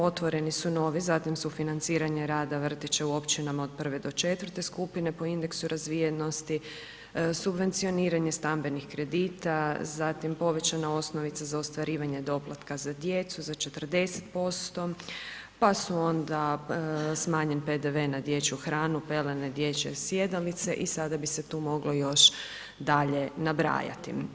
Otvoreni su novi, zatim sufinanciranje rada vrtića u općinama od 1. do 4. skupine po indeksu razvijenosti, subvencioniranje stambenih kredita, zatim povećana osnovica za ostvarivanje doplatka za djecu za 40%, pa su onda smanjen PDV na dječju hranu, pelene, dječje sjedalice i sada bi se tu moglo još dalje nabrajati.